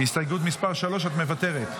על הסתייגות מס' 3 את מוותרת?